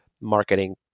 marketing